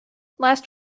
last